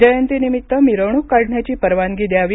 जयंती निमित्त मिरवणूक काढण्याची परवागनी द्यावी